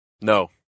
No